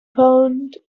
point